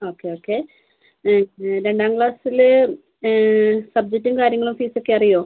okay okay രണ്ടാം ക്ലാസ്സില് സബ്ജക്റ്റും കാര്യങ്ങളൊക്കെ അറിയാമോ